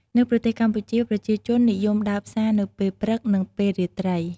នៅប្រទេសកម្ពុជា ប្រជាជននិយមដើរផ្សារនៅពេលព្រឹក និងពេលរាត្រី។